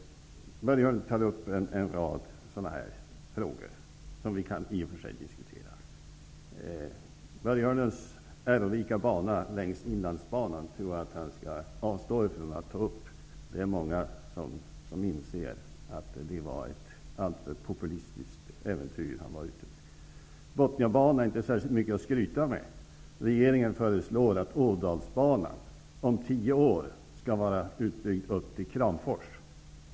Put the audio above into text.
Börje Hörnlund tar upp en rad sådana frågor, vilka vi i och för sig kan diskutera. Börje Hörnlunds ärorika bana längs Inlandsbanan tror jag att han skall avstå från att ta upp. Det är många som inser att det var ett alltför populistiskt äventyr han var ute på. Botniabanan är inte särskilt mycket att skryta över. Regeringen föreslår att Ådalsbanan om tio år skall vara utbyggd upp till Kramfors.